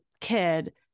kid